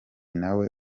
nawe